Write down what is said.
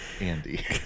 Andy